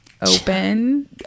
open